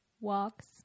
walks